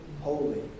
holy